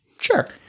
sure